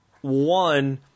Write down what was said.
one